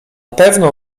pewno